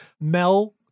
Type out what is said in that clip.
Mel